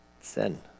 Sin